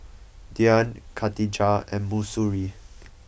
Dian Katijah and Mahsuri